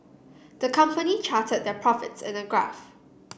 the company charted their profits in a graph